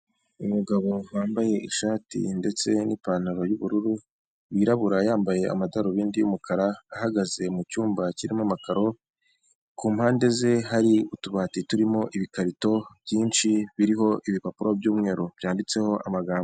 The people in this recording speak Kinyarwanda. Umugabo wambaye ishati ndetse n'ipantaro y'ubururu, wirabura yambaye amadarubindi y'umukara, ahagaze mu cyumba kirimo amakaro ku mpande ze, hari utubati turimo ibikarito byinshi biriho ibipapuro by'umweru byanditseho amagambo.